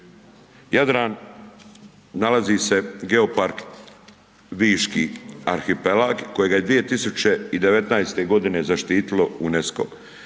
Jadran nalazi se geopark viški arhipelag kojega je 2019. godine zaštitilo UNESCO,